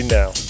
now